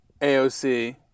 AOC